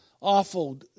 awful